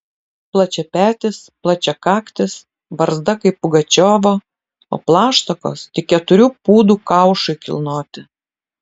plačiapetis plačiakaktis barzda kaip pugačiovo o plaštakos tik keturių pūdų kaušui kilnoti